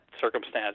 circumstance